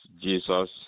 Jesus